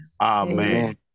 Amen